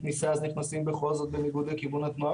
ונכנסים בכל זאת באין כניסה בניגוד לכיוון התנועה.